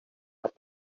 but